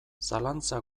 zalantza